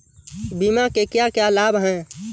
बीमा के क्या क्या लाभ हैं?